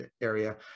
area